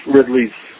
Ridley's